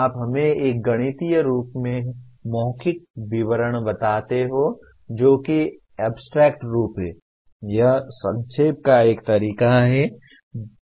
आप हमें एक गणितीय रूप में मौखिक विवरण बताते हैं जो कि एब्स्ट्रैक्ट रूप है यह संक्षेप का एक तरीका है